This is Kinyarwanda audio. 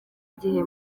gihe